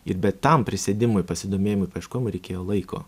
ir bet tam prisėdimui pasidomėjimui paieškojimui reikėjo laiko